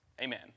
amen